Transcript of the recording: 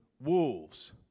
wolves